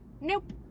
nope